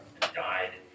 died